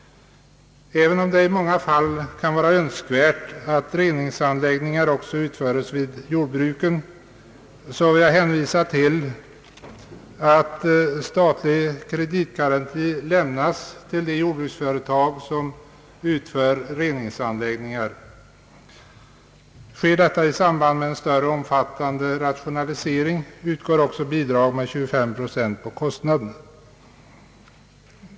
Även om det i många fall kan vara önskvärt att reningsanläggningar också utföres vid jordbruken, så vill jag hänvisa till att statlig kreditgaranti lämnas till de jordbruksföretag som utför reningsanläggningar. Sker detta i samband med en större, omfattande rationalisering utgår också bidrag med 25 procent av kostnaden.